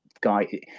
guy